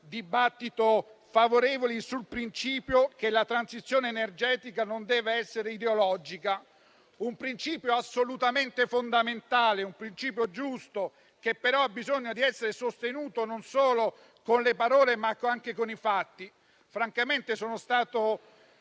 dibattito, favorevoli al principio che la transizione energetica non debba essere ideologica; un principio assolutamente fondamentale, un principio giusto, che però ha bisogno di essere sostenuto, non solo con le parole, ma anche con i fatti. Francamente sono rimasto